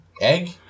Egg